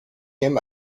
him